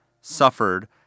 suffered